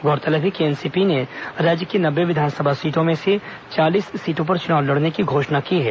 गौरतलब है कि एनसीपी ने राज्य की नब्बे विधानसभा सीटों में से चालीस सीटों पर चुनाव लड़ने की घोषणा की है